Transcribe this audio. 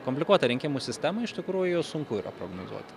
komplikuotą rinkimų sistemą iš tikrųjų sunku yra prognozuoti